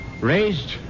raised